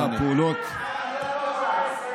בבקשה, אדוני.